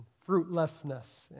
fruitlessness